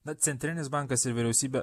na centrinis bankas ir vyriausybė